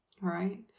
Right